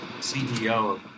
CEO